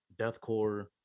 deathcore